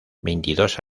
veintidós